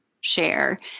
share